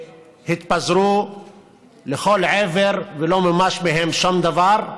שהתפזרו לכל עבר ולא מומש מהן שום דבר,